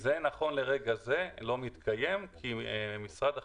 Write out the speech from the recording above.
זה נכון לרגע זה לא מתקיים כי משרד החינוך,